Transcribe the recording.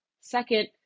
Second